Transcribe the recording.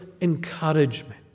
encouragement